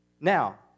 Now